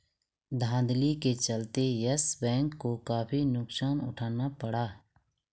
धांधली के चलते यस बैंक को काफी नुकसान उठाना पड़ा